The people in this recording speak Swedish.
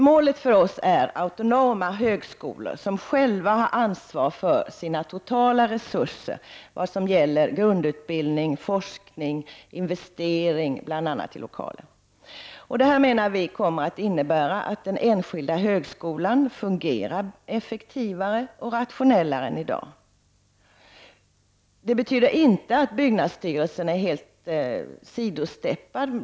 Målet för oss är autonoma högskolor som själva har ansvar för sina totala resurser vad gäller grundutbildning, forskning och investeringar, bl.a. i lokaler. Det menar vi kommer att innebära att den enskilda högskolan fungerar effektivare och rationellare än i dag. Det betyder inte att byggnadsstyrelsen är helt åsidosatt.